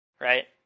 Right